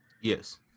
Yes